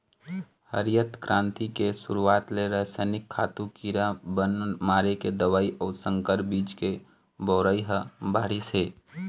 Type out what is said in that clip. हरित करांति के सुरूवात ले रसइनिक खातू, कीरा बन मारे के दवई अउ संकर बीज के बउरई ह बाढ़िस हे